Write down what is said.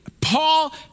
Paul